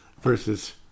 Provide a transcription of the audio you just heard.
versus